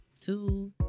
Two